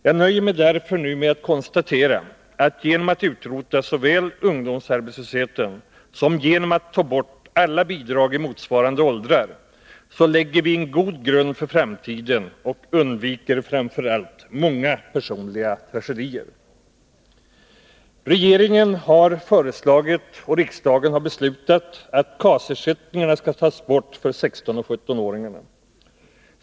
Jag nöjer mig därför nu med att konstatera att såväl genom att utrota ungdomsarbetslösheten som genom att ta bort alla bidrag i motsvarande åldrar så lägger vi en god grund för framtiden och undviker framför allt många personliga tragedier. Regeringen har föreslagit och riksdagen beslutat att KAS-ersättningarna skall tas bort för 16 och 17-åringarna.